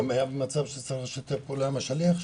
היו גם היה במצב שהוא צריך לשתף פעולה עם השולח שלו.